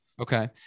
okay